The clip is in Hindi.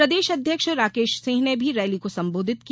प्रदेश अध्यक्ष राकेश सिंह ने भी रैली को संबोधित किया